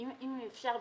אם אפשר,